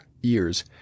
years